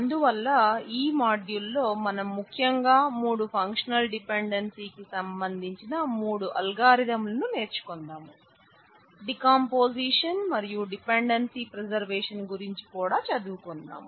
అందువల్ల ఈ మాడ్యూల్ లో మనం ముఖ్యంగా మూడు ఫంక్షనల్ డిపెండెన్సీ గురించి కూడా చదువుకుందాం